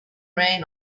ran